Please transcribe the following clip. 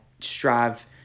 strive